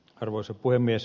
arvoisa puhemies